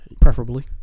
Preferably